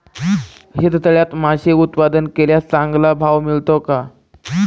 शेततळ्यात मासे उत्पादन केल्यास चांगला भाव मिळतो का?